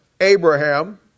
Abraham